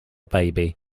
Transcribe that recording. baby